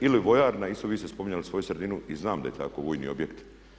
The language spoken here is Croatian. Ili vojarna isto vi ste spominjali svoju sredinu i znam da je tako vojni objekt.